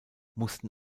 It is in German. mussten